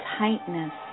tightness